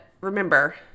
remember